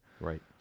Right